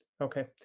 Okay